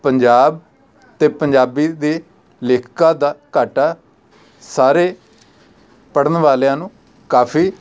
ਪੰਜਾਬ ਅਤੇ ਪੰਜਾਬੀ ਦੇ ਲੇਖਕਾਂ ਦਾ ਘਾਟਾ ਸਾਰੇ ਪੜ੍ਹਨ ਵਾਲਿਆਂ ਨੂੰ ਕਾਫੀ